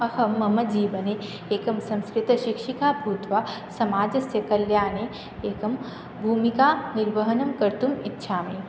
अहं मम जीवने एका संस्कृतशिक्षिका भूत्वा समाजस्य कल्याणे एकं भूमिकानिर्वहनं कर्तुम् इच्छामि